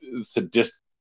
sadistic